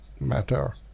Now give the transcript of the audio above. matter